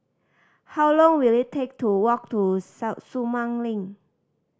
how long will it take to walk to Sumang Link